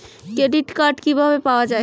Credit card কিভাবে পাওয়া য়ায়?